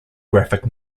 graphic